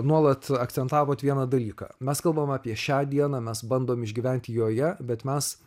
nuolat akcentavot vieną dalyką mes kalbam apie šią dieną mes bandom išgyventi joje bet mes